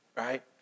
right